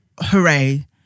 hooray